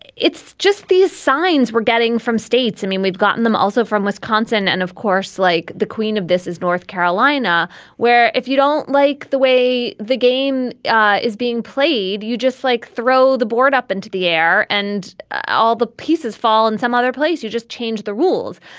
it's just these signs we're getting from states. i mean we've gotten them also from wisconsin and of course like the queen of this is north carolina where if you don't like the way the game is being played you just like throw the board up into the air and all the pieces fall in some other place you just change the rules.